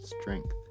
strength